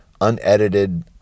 unedited